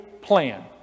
plan